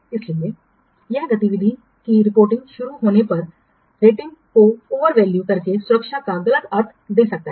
इसलिए यह गतिविधि की रिपोर्टिंग शुरू होने पर रेटिंग को ओवर वैल्यू करके सुरक्षा का गलत अर्थ दे सकता है